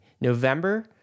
November